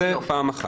יופי.